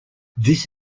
this